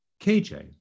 KJ